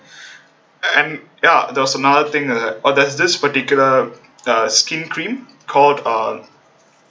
and ya there was another thing that oh there's this particular uh skin cream called uh